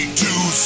two